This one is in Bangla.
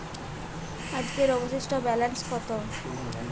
আজকের অবশিষ্ট ব্যালেন্স কত?